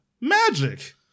Magic